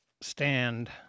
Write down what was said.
stand